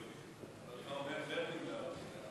איך אתה אומר ורבין בערבית?